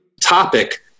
topic